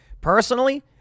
Personally